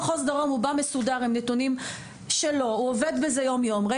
הוא עובד בזה יום יום והוא בא עם הכול מסודר,